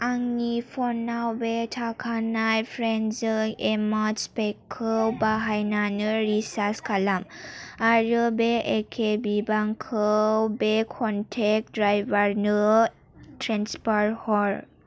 आंनि फ'नाव बे थाखानाय प्लेनजों एमाजन पेखौ बाहायनानै रिसार्ज खालाम आरो बे एखे बिबांखौ बे क'नटेक्ट ड्राइभारनो ट्रेन्सफार हर